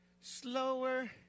slower